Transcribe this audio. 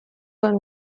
were